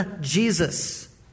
Jesus